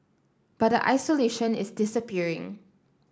but the isolation is disappearing